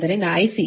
13 ಪ್ರಮಾಣದಲ್ಲಿದೆ